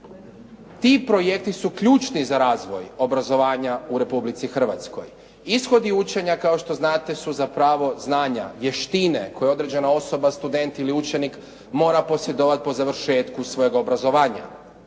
Ti projekti su ključni za razvoj, obrazovanja u Republici Hrvatskoj, ishodi učenja kao što znate su zapravo znanja, vještine, koje određena osoba, student ili učenik mora posjedovati po završetku svojeg obrazovanja